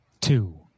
two